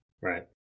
right